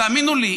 תאמינו לי,